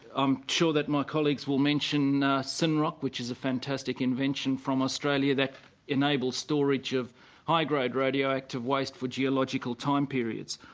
i'm sure that my colleagues will mention synrock, which is a fantastic invention from australia that enables storage of high-grade radioactive waste for geological time periods.